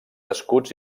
escuts